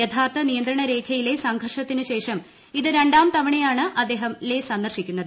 യഥാർത്ഥ നിയന്ത്രണ രേഖയിലെ സംഘർഷത്തിന് ശേഷം ഇത് രണ്ടാം തവണയാണ് അദ്ദേഹം ലെ സന്ദർശിക്കുന്നത്